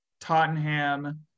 Tottenham